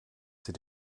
sie